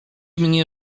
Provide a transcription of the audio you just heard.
mnie